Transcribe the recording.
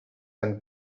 and